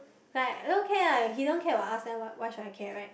like don't care lah he don't care about us then why should I care right